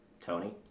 tony